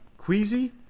Queasy